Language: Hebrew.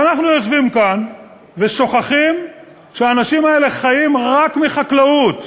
ואנחנו יושבים כאן ושוכחים שהאנשים האלה חיים רק מחקלאות.